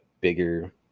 bigger